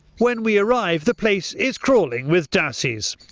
when we arrive the place is crawling with dassies.